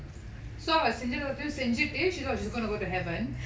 so அவ செஞ்சத வந்து செஞ்சிட்டு:ava senjatha vanthu senjittu she thought she's going to go to heaven